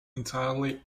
entirely